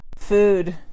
Food